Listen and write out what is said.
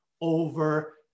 over